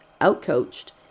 out-coached